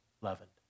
leavened